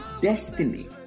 destiny